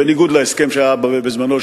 בניגוד להסכם שהיה בזמנו,